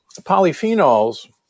polyphenols